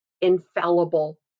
infallible